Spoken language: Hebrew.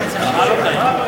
מה לא קיים?